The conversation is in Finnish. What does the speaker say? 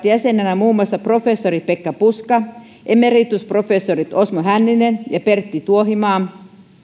jäseninä muun muassa professori pekka puska emeritusprofessorit osmo hänninen ja pentti tuohimaa